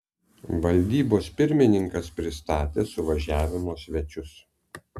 valdybos pirmininkas pristatė suvažiavimo svečius